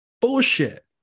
Bullshit